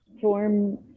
form